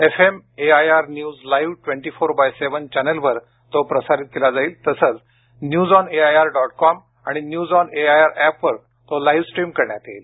FM AIR news live twenty four by seven चॅनलवर तो प्रसारित केला जाईल तसंच news on AIR dot com आणि न्यूज ऑन एआयआर ऍपवर तो लाईवस्ट्रीम करण्यात येईल